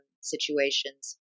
situations